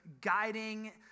guiding